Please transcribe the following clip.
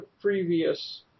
previous